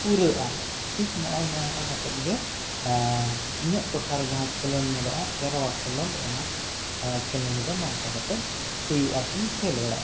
ᱯᱩᱨᱟᱜᱼᱟ ᱴᱷᱤᱠ ᱱᱚᱜᱼᱚᱭ ᱱᱚᱝᱠᱟ ᱠᱟᱛᱮᱫ ᱜᱮ ᱤᱧᱟᱹᱜ ᱴᱚᱴᱷᱟ ᱨᱮ ᱢᱟᱦᱟᱸ ᱠᱷᱮᱞᱳᱰ ᱧᱮᱞᱚᱜᱼᱟ ᱥᱮᱨᱚᱣᱟ ᱠᱷᱮᱞᱳᱰ ᱚᱱᱟ ᱠᱷᱮᱞᱳᱰ ᱫᱚ ᱱᱚᱝᱠᱟ ᱠᱟᱛᱮ ᱦᱩᱭᱩᱜᱼᱟ ᱥᱮᱧ ᱠᱷᱮᱞ ᱵᱟᱲᱟᱣᱟᱠᱟᱜᱼᱟ